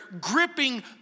gripping